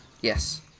yes